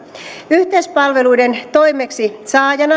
yhteispalveluiden toimeksisaajana